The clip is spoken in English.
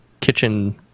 kitchen